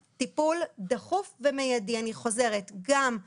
כולם מדברים כל הזמן על הקורונה אבל אני עוד פעם מדגישה,